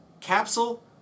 capsule